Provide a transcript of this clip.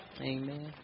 Amen